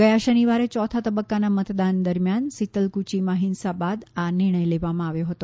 ગયા શનિવારે ચોથા તબક્કાના મતદાન દરમિયાન સીતલક્રચીમાં હિંસા બાદ આ નિર્ણય લેવામાં આવ્યો હતો